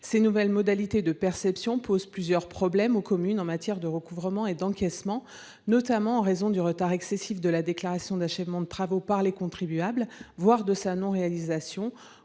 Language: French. Ces nouvelles modalités de perception posent plusieurs problèmes aux communes en matière de recouvrement et d’encaissement, notamment en raison du retard excessif de la déclaration d’achèvement des travaux par les contribuables, voire de son absence,